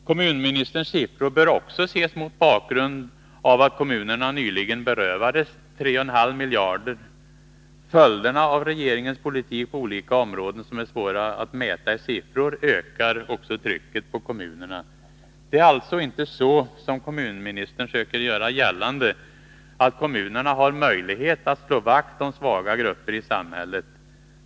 Kommunministerns siffror bör också ses mot bakgrund av att kommunerna nyligen berövades 3,5 miljarder. Följderna av regeringens politik på olika områden, som är svåra att mäta i siffror, ökar också trycket på kommunerna. Det är alltså inte på det sättet, som kommunministern söker göra gällande, att kommunerna har möjligheter att slå vakt om svaga grupper i samhället.